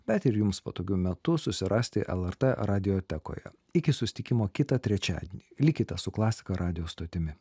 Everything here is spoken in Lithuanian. bet ir jums patogiu metu susirasti lrt radiotekoje iki susitikimo kitą trečiadienį likite su klasika radijo stotimi